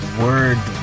word